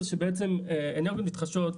זה שבעצם אנרגיות מתחדשות,